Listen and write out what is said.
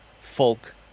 folk